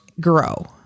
grow